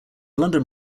london